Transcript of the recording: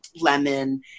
lemon